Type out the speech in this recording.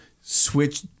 switch